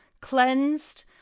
cleansed